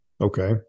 Okay